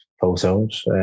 photos